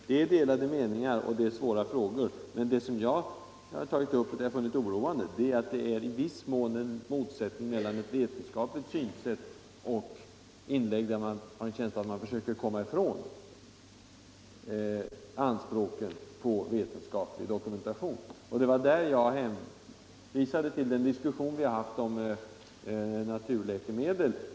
Det är delade meningar, och det är svåra frågor, men det som jag funnit oroande är att det i viss mån är en motsättning mellan ett vetenskapligt synsätt och inlägg som ger intryck av att man försöker komma ifrån anspråken på vetenskaplig dokumentation. Det är i det avseendet som jag hänvisade till den diskussion vi har haft om naturläkemedel.